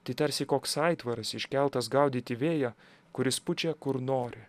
tai tarsi koks aitvaras iškeltas gaudyti vėjo kuris pučia kur nori